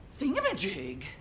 thingamajig